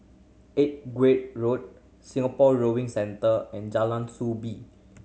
Edgeware Road Singapore Rowing Centre and Jalan Soo Bee